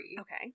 Okay